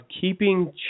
keeping